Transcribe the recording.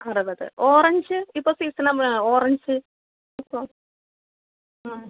അറുപത് ഓറഞ്ച് ഇപ്പോൾ seasonable orange ഇപ്പോൾ ആ